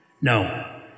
No